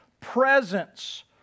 presence